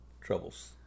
troubles